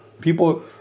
people